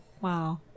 Wow